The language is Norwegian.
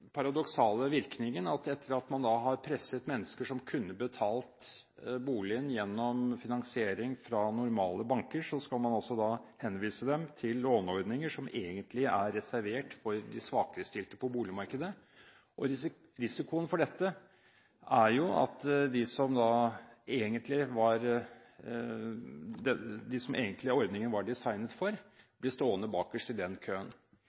paradoksale virkningen: Etter at man har presset mennesker, som kunne betalt boligen gjennom finansiering fra normale banker, så henviser man dem til låneordninger som egentlig er reservert for de svakerestilte på boligmarkedet. Risikoen ved dette er jo at de som ordningen egentlig var designet for, blir stående bakerst i den køen.